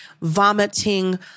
vomiting